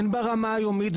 הן ברמה היומית,